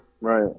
Right